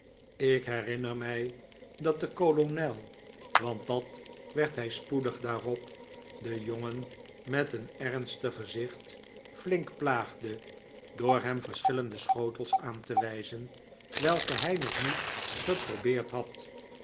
ik herinner mij dat de kolonel want dat werd hij spoedig daarop den jongen met een ernstig gezicht flink plaagde door hem verschillende schotels aan te wijzen welke hij nog niet geprobeerd had